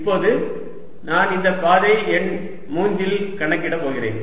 இப்போது நான் இந்த பாதை எண் 3 இல் கணக்கிடப் போகிறேன்